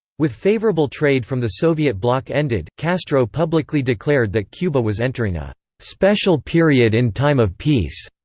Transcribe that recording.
with favourable trade from the soviet bloc ended, castro publicly declared that cuba was entering a special period in time of peace.